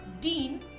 dean